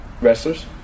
wrestlers